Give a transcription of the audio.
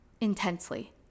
intensely